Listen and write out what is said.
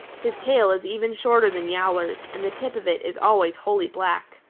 his tail is even shorter than yowler's, and the tip of it is always wholly black.